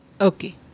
Okay